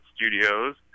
Studios